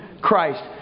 Christ